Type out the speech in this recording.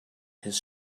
his